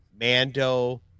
mando